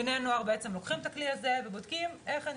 בני נוער בעצם לוקחים את הכלי הזה ובודקים איך אני